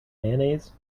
mayonnaise